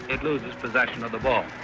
it loses possession of the ball